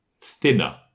thinner